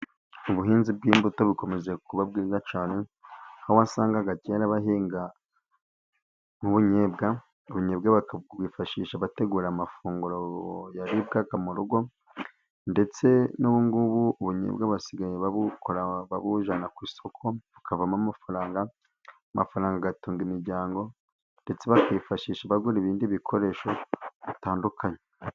Ubuhinzi bw'imbuto bukomeje kuba bwiza cyane, aho wasangaga kera bahinga unyebwa, ubunyebwa babwifashisha bategura amafunguro, aribwa mu rugo ndetse n'ubungubu bwaba busigaye babujana ku isoko, hakavamo amafaranga, amafaranga agatunga imiryango ndetse bakifashisha abagura ibindi bikoresho bitandukanye.